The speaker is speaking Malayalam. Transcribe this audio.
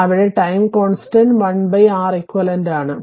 അതിനാൽ ടൈം കോൺസ്റ്റന്റ് l Req ആണ്